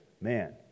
man